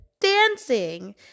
dancing